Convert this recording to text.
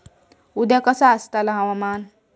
उद्या कसा आसतला हवामान?